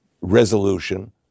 resolution